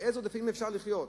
עם אילו עודפים אפשר לחיות?